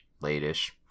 late-ish